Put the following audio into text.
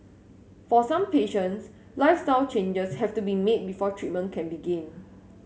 for some patients lifestyle changes have to be made before treatment can begin